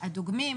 הדוגמים,